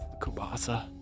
kubasa